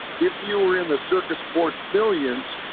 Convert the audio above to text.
if you were in the circus sports, millions,